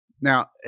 now